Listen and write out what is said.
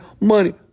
money